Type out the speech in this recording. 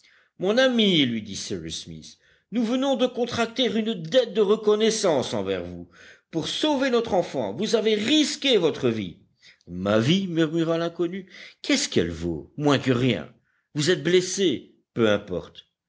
mon ami lui dit cyrus smith nous venons de contracter une dette de reconnaissance envers vous pour sauver notre enfant vous avez risqué votre vie ma vie murmura l'inconnu qu'est-ce qu'elle vaut moins que rien vous êtes blessé peu importe